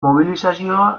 mobilizazioa